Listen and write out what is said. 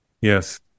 yes